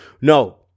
No